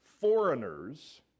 foreigners